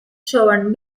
shown